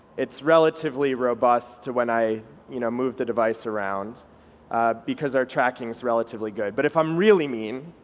it's relatively robust to when i you know move the device around because our tracking is relatively good, but if i'm really mean,